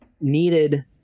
needed